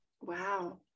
Wow